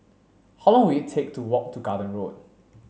how long will it take to walk to Garden Road